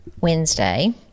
wednesday